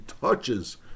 touches